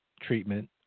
treatment